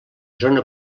zona